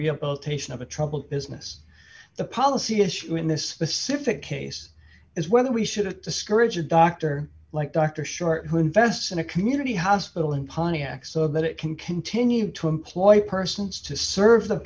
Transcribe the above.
rehabilitation of a troubled business the policy issue in this specific case is whether we should discourage a doctor like dr short who invests in a community hospital in pontiac so that it can continue to employ persons to serve the